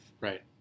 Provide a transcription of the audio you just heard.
Right